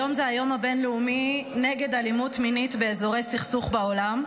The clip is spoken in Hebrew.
היום הוא היום הבין-לאומי נגד אלימות מינית באזורי סכסוך בעולם,